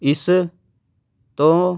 ਇਸ ਤੋਂ